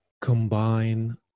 combine